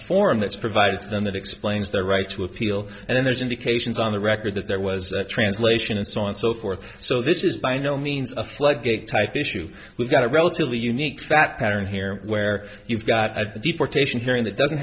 form that's provided to them that explains their right to appeal and then there's indications on the record that there was a translation and so on and so forth so this is by no means a floodgate type issue we've got a relatively unique fact pattern here where you've got a deportation hearing that doesn't